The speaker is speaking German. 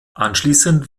anschließend